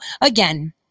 again